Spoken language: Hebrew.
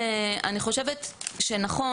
שבהם מועסקים שישה עובדי חשיפה בהיקפים חלקיים,